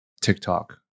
TikTok